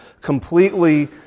completely